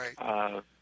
Right